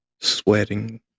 sweating